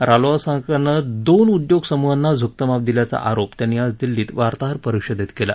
रालोआ सरकारनं दोन उद्योग समुहांना झुकतं माप दिल्याचा आरोप त्यांनी आज दिल्लीत वार्ताहर परिषदेत केला